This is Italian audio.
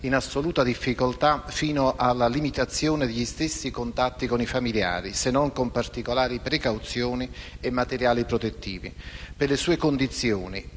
in assoluta difficoltà fino alla limitazione degli stessi contatti con i familiari, se non con particolari precauzioni e materiali protettivi. Per le sue condizioni,